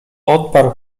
odparł